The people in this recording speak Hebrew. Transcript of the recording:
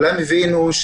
כולם הבינו,